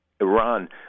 Iran